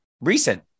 recent